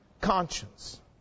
conscience